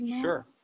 Sure